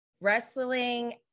wrestling